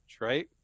right